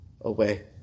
away